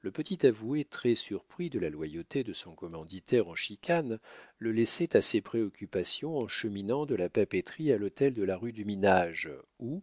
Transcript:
le petit avoué très surpris de la loyauté de son commanditaire en chicane le laissait à ses préoccupations en cheminant de la papeterie à l'hôtel de la rue du minage où